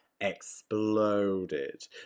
exploded